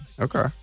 Okay